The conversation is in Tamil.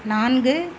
நான்கு